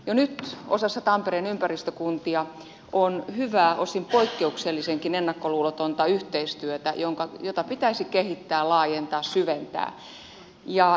jo nyt osassa tampereen ympäristökuntia on hyvää osin poikkeuksellisenkin ennakkoluulotonta yhteistyötä jota pitäisi kehittää laajentaa syventää